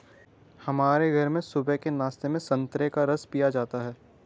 हमारे घर में सुबह के नाश्ते में संतरे का रस पिया जाता है